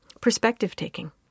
perspective-taking